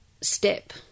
step